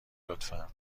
لطفا